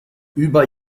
über